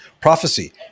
prophecy